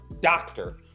doctor